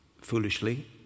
foolishly